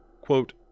Quote